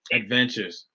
adventures